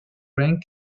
rank